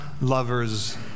lovers